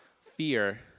fear